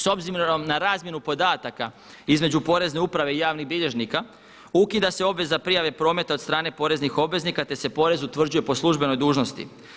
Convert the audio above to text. S obzirom na razmjenu podataka između Porezne uprave i javnih bilježnica ukida se obveza prijave prometa od strane poreznih obveznika, te se porez utvrđuje po službenoj dužnosti.